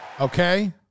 Okay